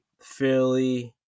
Philly